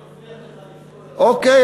אני מבטיח לך לפעול, אוקיי.